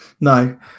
no